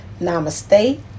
Namaste